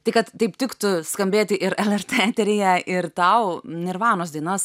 tai kad taip tiktų skambėti ir lrt eteryje ir tau nirvanos dainos